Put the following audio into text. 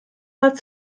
hat